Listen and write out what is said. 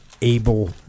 able